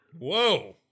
Whoa